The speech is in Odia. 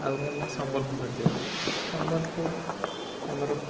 ଆହୁରି ହେଲା ସମ୍ବଲପୁର ନୃତ୍ୟ ସମ୍ବଲପୁର ଆମର